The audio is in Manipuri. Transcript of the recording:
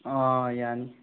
ꯑꯥ ꯌꯥꯅꯤ